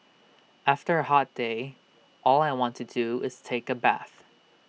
after A hot day all I want to do is take A bath